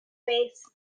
face